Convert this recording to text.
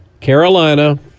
Carolina